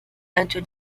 into